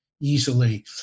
easily